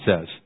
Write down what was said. says